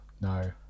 No